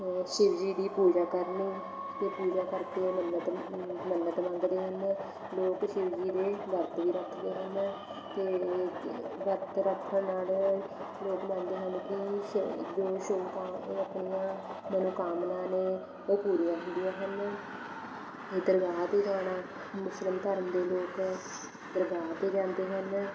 ਸ਼ਿਵ ਜੀ ਦੀ ਪੂਜਾ ਕਰਨੀ ਅਤੇ ਪੂਜਾ ਕਰਕੇ ਮੰਨਤ ਮੰਨਤ ਮੰਗਦੇ ਹਨ ਲੋਕ ਸ਼ਿਵ ਜੀ ਦੇ ਵਰਤ ਵੀ ਰੱਖਦੇ ਹਨ ਅਤੇ ਵਰਤ ਰੱਖਣ ਨਾਲ ਲੋਕ ਮੰਨਦੇ ਹਨ ਕਿ ਸ਼ ਜੋ ਸ਼ੁਭਕਾਮ ਹੈ ਆਪਣੀਆਂ ਮਨੋਕਾਮਨਾ ਨੇ ਉਹ ਪੂਰੀਆਂ ਹੁੰਦੀਆਂ ਹਨ ਅਤੇ ਦਰਗਾਹ 'ਤੇ ਜਾਣਾ ਮੁਸਲਿਮ ਧਰਮ ਦੇ ਲੋਕ ਦਰਗਾਹ 'ਤੇ ਜਾਂਦੇ ਹਨ